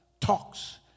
talks